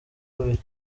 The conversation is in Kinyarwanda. abiri